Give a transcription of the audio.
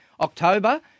October